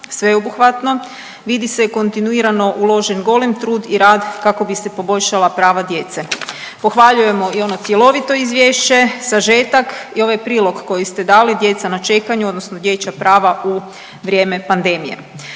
sveobuhvatno, vidi se kontinuirano uložen golem trud i rad kako bi se poboljšala prava djeca. Pohvaljujemo i ono cjelovito izvješće, sažetak i ovaj prilog koji ste dali Djeca na čekanju odnosno dječja prava u vrijeme pandemije.